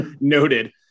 Noted